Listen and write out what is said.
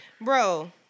Bro